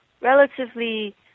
relatively